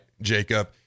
Jacob